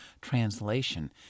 translation